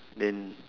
then